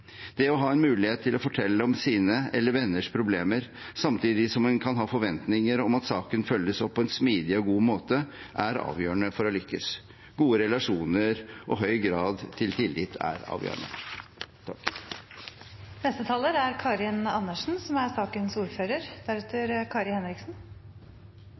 Det å ha en mulighet til å fortelle om sine eller venners problemer samtidig som en kan forvente at saken følges opp på en smidig og god måte, er avgjørende for å lykkes. Gode relasjoner og høy grad av tillit er avgjørende.